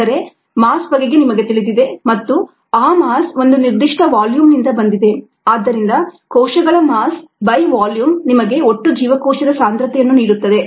ಅಂದರೆ ಮಾಸ್ ಬಗೆಗೆ ನಿಮಗೆ ತಿಳಿದಿದೆ ಮತ್ತು ಆ ಮಾಸ್ ಒಂದು ನಿರ್ದಿಷ್ಟ ವಾಲ್ಯೂಮ್ನಿಂದ ಬಂದಿದೆ ಆದ್ದರಿಂದ ಕೋಶಗಳ ಮಾಸ್ by ವಾಲ್ಯೂಮ್ ನಿಮಗೆ ಒಟ್ಟು ಜೀವಕೋಶದ ಸಾಂದ್ರತೆಯನ್ನು ನೀಡುತ್ತದೆ